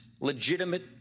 legitimate